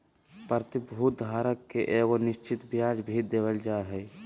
प्रतिभूति धारक के एगो निश्चित ब्याज भी देल जा हइ